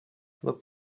were